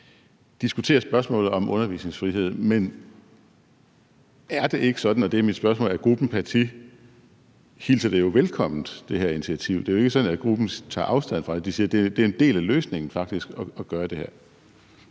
diskuterer spørgsmålet om undervisningsfrihed, men er det ikke sådan – og det er mit spørgsmål – at Gruppen Paty hilser det her initiativ velkommen? Det er jo ikke sådan, at gruppen tager afstand fra det. De siger, at det faktisk er en del af løsningen at gøre det her.